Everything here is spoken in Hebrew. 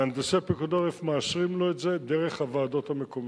מהנדסי פיקוד העורף מאשרים לו את זה דרך הוועדות המקומיות.